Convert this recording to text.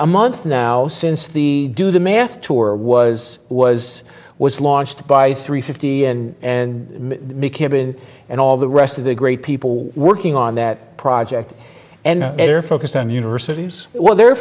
a month now since the do the math tour was was was launched by three fifty and mckibben and all the rest of the great people working on that project and they're focused on universities well they're